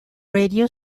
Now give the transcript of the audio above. radio